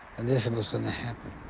and this and was gonna happen.